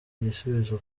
igisubizo